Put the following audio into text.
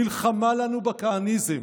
מלחמה לנו בכהניזם